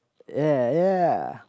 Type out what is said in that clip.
ya yeah